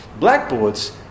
Blackboards